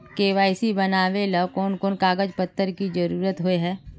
KYC बनावेल कोन कोन कागज पत्र की जरूरत होय है?